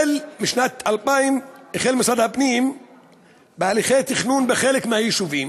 בשנת 2000 החל משרד הפנים בהליכי תכנון בחלק מהיישובים,